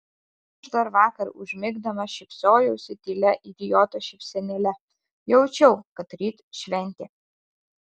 aš dar vakar užmigdamas šypsojausi tylia idioto šypsenėle jaučiau kad ryt šventė